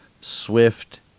Swift